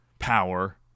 power